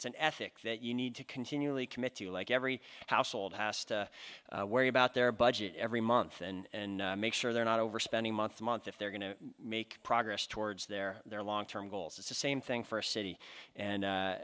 it's an ethic that you need to continually commit to like every household has to worry about their budget every month and make sure they're not overspending month month if they're going to make progress towards their their long term goals at the same thing for a city and